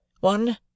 One